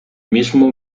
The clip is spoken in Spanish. mismo